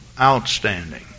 Outstanding